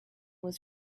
was